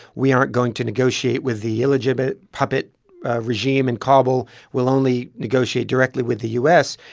we aren't going to negotiate with the illegitimate puppet regime in kabul. we'll only negotiate directly with the u s.